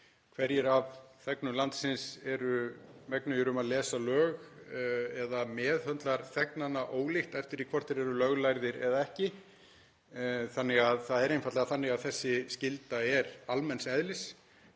hverjir af þegnum landsins eru þess megnugir að lesa lög eða meðhöndlar þegnana ólíkt eftir því hvort þeir eru löglærðir eða ekki. Það er einfaldlega þannig að þessi skylda er almenns eðlis,